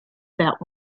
about